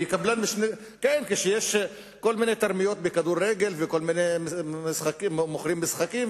כשיש כל מיני תרמיות בכדורגל וכשמוכרים משחקים,